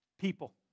people